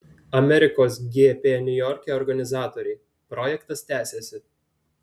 amerikos gp niujorke organizatoriai projektas tęsiasi